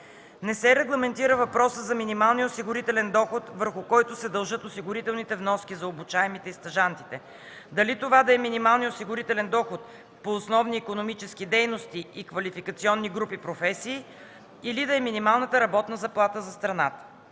Не се регламентира въпросът за минималния осигурителен доход, върху който се дължат осигурителните вноски за обучаемите и стажантите – дали това да е минималният осигурителен доход по основни икономически дейности и квалификационни групи професии, или да е минималната работна заплата за страната.